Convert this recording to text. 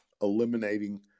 eliminating